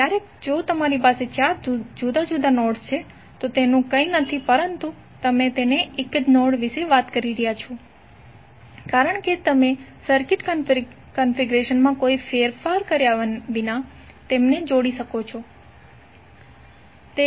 તો ક્યારેય જો તમારી પાસે ચાર જુદા જુદા નોડ્સ છે તો તે કંઈ નથી પરંતુ તમે એક જ નોડ વિશે વાત કરી રહ્યા છો કારણ કે તમે સર્કિટ કન્ફિગરેશનમાં કોઈ ફેરફાર કર્યા વિના તેમને જોડી શકો છો